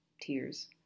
tears